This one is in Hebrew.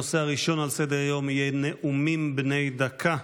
הנושא הראשון על סדר-היום יהיה נאומים בני דקה.